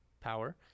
Power